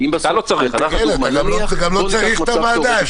גם לא צריך את הוועדה.